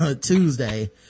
Tuesday